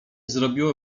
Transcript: zrobiło